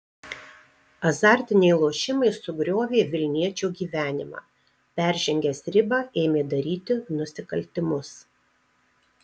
azartiniai lošimai sugriovė vilniečio gyvenimą peržengęs ribą ėmė daryti nusikaltimus